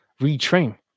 retrain